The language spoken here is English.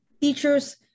teachers